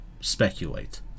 speculate